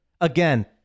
Again